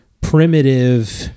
primitive